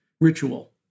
ritual